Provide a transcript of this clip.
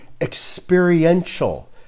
experiential